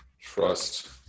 Trust